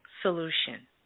solution